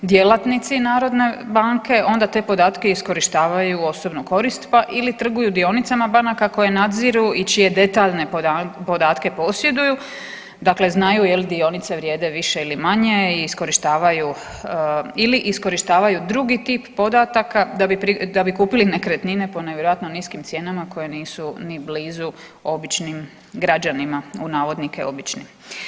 Djelatnici narodne banke onda te podatke iskorištavaju u osobnu korist ili trguju dionicama banaka koje nadziru i čije detaljne podatke posjeduju, dakle znaju jel dionice vrijede više ili manje i iskorištavaju ili iskorištavaju drugi tip podataka da bi kupili nekretnine po nevjerojatno niskim cijenama koje nisu ni blizu običnim građanima, u navodnike obični.